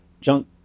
junk